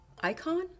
icon